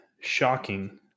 shocking